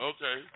Okay